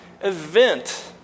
event